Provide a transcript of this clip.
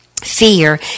fear